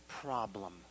problem